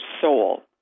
soul